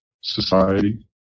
society